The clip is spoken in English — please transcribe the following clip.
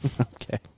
Okay